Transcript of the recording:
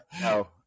No